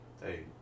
Hey